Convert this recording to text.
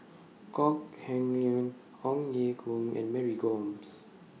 Kok Heng Leun Ong Ye Kung and Mary Gomes